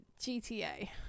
GTA